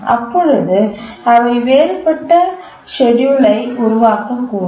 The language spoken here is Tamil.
அப்பொழுது அவை வேறுபட்ட ஷெட்யூல்ஐ உருவாக்க கூடும்